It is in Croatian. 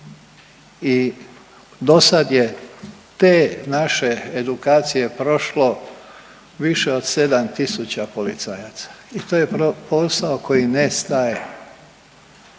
I dosad je te naše edukacije prošlo više od 7.000 policajaca i to je posao koji ne staje.